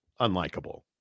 unlikable